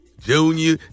Junior